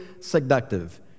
seductive